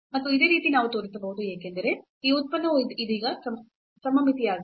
ಮತ್ತು ಇದೇ ರೀತಿ ನಾವು ತೋರಿಸಬಹುದು ಏಕೆಂದರೆ ಈ ಉತ್ಪನ್ನವು ಇದೀಗ ಸಮಮಿತಿ ಆಗಿದೆ